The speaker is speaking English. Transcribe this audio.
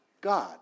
God